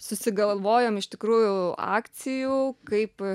susigalvojom iš tikrųjų akcijų kaip